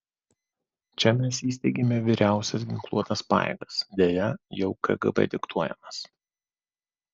čia mes įsteigėme vyriausias ginkluotas pajėgas deja jau kgb diktuojamas